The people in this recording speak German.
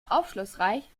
aufschlussreich